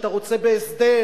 שאתה רוצה בהסדר,